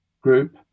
group